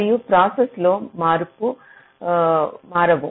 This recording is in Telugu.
మరియు ప్రాసెస్ లో మారవు